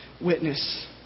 witness